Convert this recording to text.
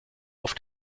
auf